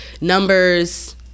Numbers